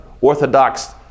Orthodox